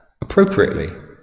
appropriately